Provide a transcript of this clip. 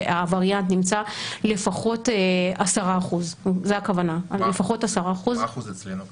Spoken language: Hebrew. שהווריאנט נמצא לפחות 10%. מה האחוז אצלנו כרגע?